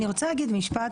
אני רוצה להגיד משהו.